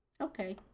Okay